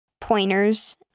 pointers